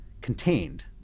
contained